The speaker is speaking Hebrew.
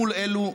מול אלו,